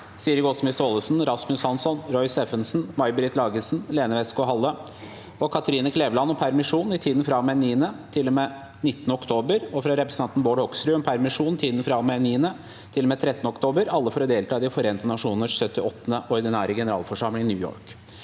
Siri Gåsemyr Staalesen, Rasmus Hansson, Roy Steffensen, May Britt Lagesen, Lene Westgaard_Halle og Kathrine Kleveland om permisjon i tiden_ fra og med 9. til og med 19. oktober, og fra representanten Bård Hoksrud om permisjon i tiden fra og med 9. til og med 13. oktober – alle for å delta i De forente nasjoners 78. ordinære generalforsamling i New York